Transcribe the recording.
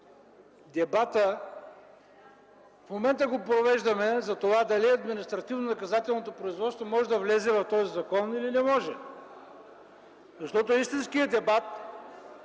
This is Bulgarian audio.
дали в момента провеждаме дебатът дали административнонаказателното производство може да влезе в този закон или не може? Защото истинският дебат